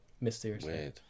mysteriously